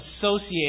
associate